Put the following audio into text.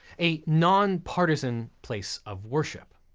a non-partisan place of worship.